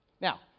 Now